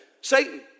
Satan